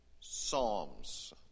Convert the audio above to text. psalms